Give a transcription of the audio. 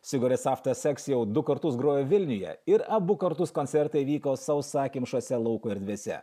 cigarettes after sex jau du kartus grojo vilniuje ir abu kartus koncertai vyko sausakimšose lauko erdvėse